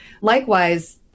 Likewise